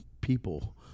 people